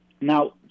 Now